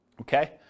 Okay